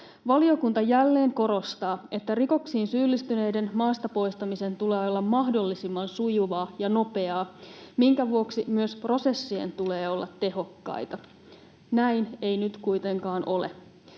Valiokunta jälleen korostaa, että rikoksiin syyllistyneiden maasta poistamisen tulee olla mahdollisimman sujuvaa ja nopeaa, minkä vuoksi myös prosessien tulee olla tehokkaita. Näin ei nyt kuitenkaan ole.